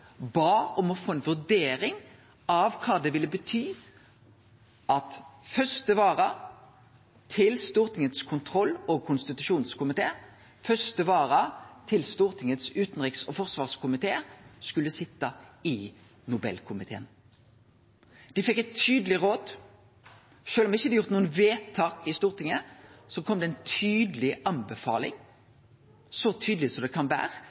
bad om å få ei vurdering av kva det ville bety at første vararepresentant til Stortingets kontroll- og konstitusjonskomité og første vararepresentant til Stortingets utanriks- og forsvarskomité skulle sitje i Nobelkomiteen. Dei fekk eit tydeleg råd. Sjølv om det ikkje er gjort noko vedtak i Stortinget, kom det ei tydeleg anbefaling – så tydeleg som det kan vere